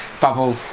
Bubble